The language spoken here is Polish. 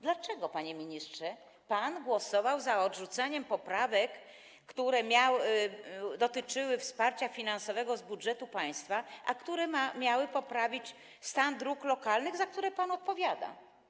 Dlaczego, panie ministrze, pan głosował za odrzuceniem poprawek, które dotyczyły wsparcia finansowego z budżetu państwa, a które miały poprawić stan dróg lokalnych, za które pan odpowiada?